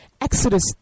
Exodus